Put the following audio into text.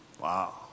Wow